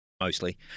mostly